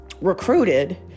recruited